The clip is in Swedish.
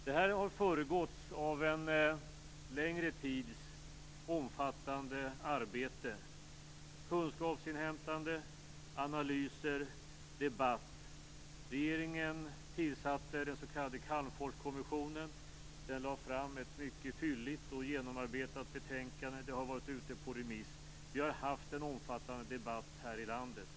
Det här har föregåtts av en längre tids omfattande arbete, kunskapsinhämtande, analyser, debatt. Regeringen tillsatte den s.k. Calmforskommissionen, som lade fram ett mycket fylligt och genomarbetat betänkande. Det har varit ute på remiss. Vi har haft en omfattande debatt här i landet.